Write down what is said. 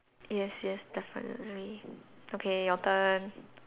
yes yes definitely okay your turn